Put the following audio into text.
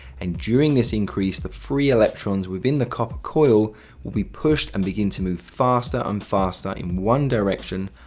and during this increase, the free electrons within the copper coil will be pushed and begin to move faster and faster in one direction,